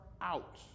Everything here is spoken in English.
out